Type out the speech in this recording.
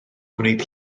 gwneud